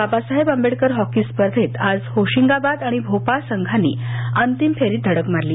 Babasaheb Ambedkar hockey स्पर्धेंत आज होशिंगाबाद आणि भोपाऴ संघांनी अंतिम फेरीत धडक मारली